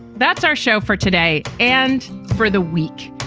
that's our show for today and for the week.